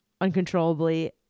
uncontrollably